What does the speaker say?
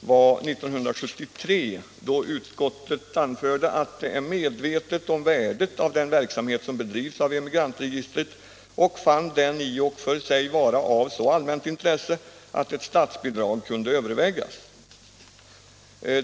var 1973, då utskottet anförde att det är medvetet om värdet av den verksamhet som bedrivs av Emigrantregistret och fann den i och för sig vara av så allmänt intresse att ett statsbidrag kunde övervägas.